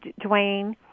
Dwayne